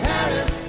Paris